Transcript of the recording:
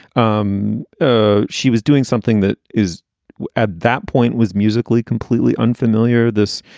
um ah she was doing something that is at that point was musically completely unfamiliar. this